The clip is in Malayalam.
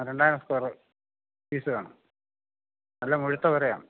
ആ രണ്ടായിരം സ്ക്വയര് പീസ് വേണം നല്ല മുഴുത്ത പുരയാണ്